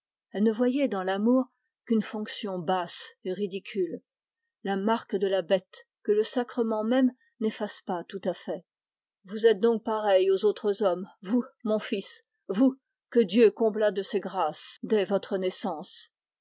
elle ne voyait dans l'amour que la fonction basse et ridicule la marque de la bête que le sacrement même n'efface pas tout à fait vous êtes donc pareil aux autres hommes vous mon fils vous que dieu combla de ses grâces dès votre naissance